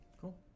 Cool